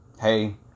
hey